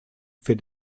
für